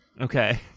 Okay